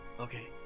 okay